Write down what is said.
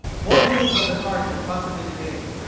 more beautiful than art could possibly create.